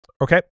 Okay